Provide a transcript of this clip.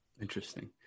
Interesting